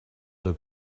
the